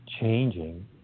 changing